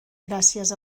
gràcies